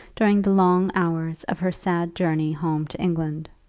during the long hours of her sad journey home to england.